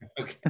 Okay